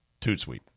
Tootsweet